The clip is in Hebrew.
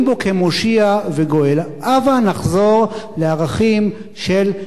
הבה נחזור לערכים של קנייה לשם קנייה,